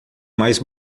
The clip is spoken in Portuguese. mais